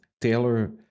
Taylor